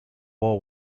war